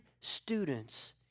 students